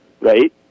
right